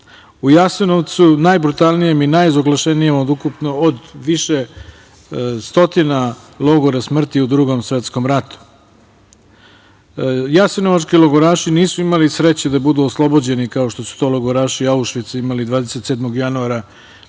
u Jasenovcu, najbrutalnijem i najozloglašenijem od više stotina logora smrti u Drugom svetskom ratu. Jasenovački logoraši nisu imali sreće da budu oslobođeni kao što su to logoraši Aušvica imali 27. januara